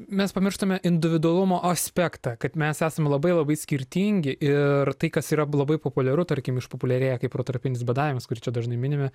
mes pamirštame individualumo aspektą kad mes esam labai labai skirtingi ir tai kas yra labai populiaru tarkim išpopuliarėję kaip protarpinis badavimas kurį čia dažnai minime